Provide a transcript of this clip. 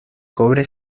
cobre